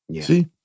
See